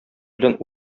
белән